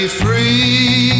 free